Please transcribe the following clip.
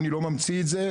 אני לא ממציא את זה,